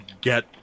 get